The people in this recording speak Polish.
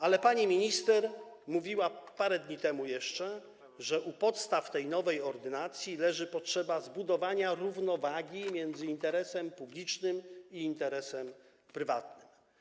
Ale pani minister mówiła jeszcze parę dni temu, że u podstaw tej nowej ordynacji leży potrzeba zbudowania równowagi między interesem publicznym i interesem prywatnym.